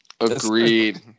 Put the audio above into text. Agreed